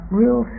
real